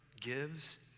gives